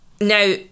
Now